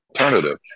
alternative